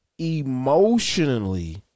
emotionally